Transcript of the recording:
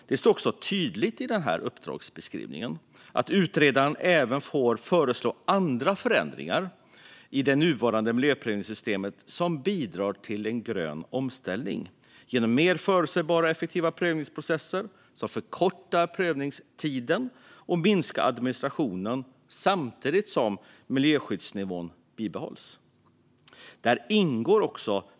Det står också tydligt i uppdragsbeskrivningen att utredaren även får föreslå andra förändringar i det nuvarande miljöprövningssystemet som bidrar till en grön omställning genom mer förutsägbara och effektiva prövningsprocesser, som förkortar prövningstiden och minskar administrationen samtidigt som miljöskyddsnivån bibehålls.